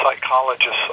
psychologists